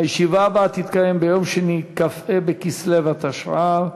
הישיבה הבאה תתקיים ביום שני, כ"ה בכסלו התשע"ה,